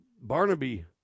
Barnaby